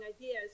ideas